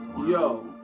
Yo